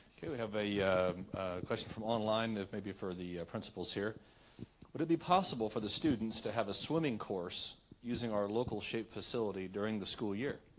have a question from online that maybe for the principals here would it be possible for the students to have a swimming course using our local shape facility during the school year